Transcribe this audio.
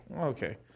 okay